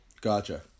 Gotcha